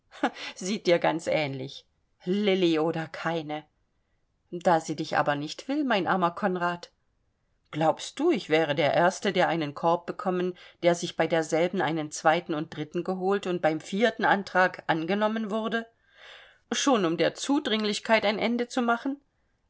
sieht dir ganz ähnlich lilli oder keine da sie dich aber nicht will mein armer konrad glaubst du ich wäre der erste der einen korb bekommen der sich bei der selben einen zweiten und dritten geholt und beim vierten antrag angenommen wurde schon um der zudringlichkeit ein ende zu machen